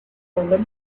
olympic